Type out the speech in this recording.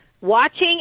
watching